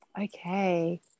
okay